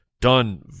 done